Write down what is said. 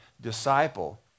disciple